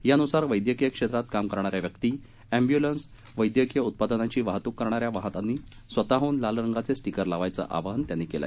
त्यानुसार वद्धकीय क्षेत्रात काम करणाऱ्या व्यक्ती एम्बूलन्स वद्धकीय उत्पादनांची वाहतूक करणाऱ्या वाहनांनी स्वतःडून लाल रंगाचे स्टिकर लावण्याचं आवाहन त्यांनी केले